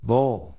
Bowl